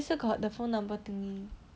then wait how melissa get the phone number thingy